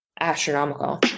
astronomical